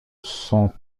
sont